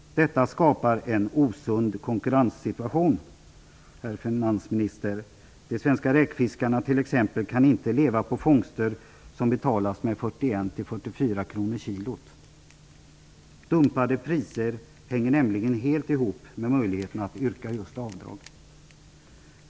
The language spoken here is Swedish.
Detta skapar en osund konkurrenssituation, herr finansminister. De svenska räkfiskarna kan t.ex. inte leva på fångster som betalas med 41-44 kr per kilo. Dumpade priser hänger nämligen helt ihop med möjligheterna att yrka avdrag.